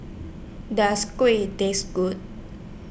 Does Kueh Taste Good